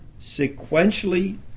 sequentially